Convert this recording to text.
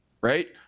right